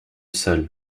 seul